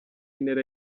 intera